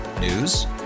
News